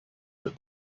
that